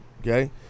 Okay